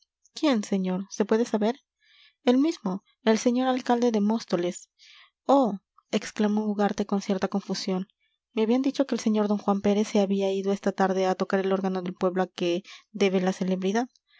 quién señor se puede saber el mismo el señor alcalde de móstoles oh exclamó ugarte con cierta confusión me habían dicho que el sr d juan pérez se había ido esta tarde a tocar el órgano del pueblo a que debe la celebridad